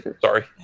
Sorry